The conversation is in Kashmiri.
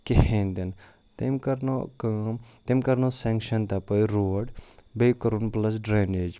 کِہیٖنۍ تہِ نہٕ تٔمۍ کَرنوو کٲم تٔمۍ کَرنوو سٮ۪نٛگشَن تَپٲرۍ روڈ بیٚیہِ کوٚرُن پٕلَس ڈرٛٮ۪نیج